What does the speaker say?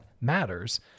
matters